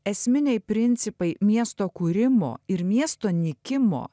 esminiai principai miesto kūrimo ir miesto nykimo